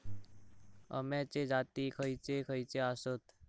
अम्याचे जाती खयचे खयचे आसत?